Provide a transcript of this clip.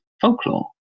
folklore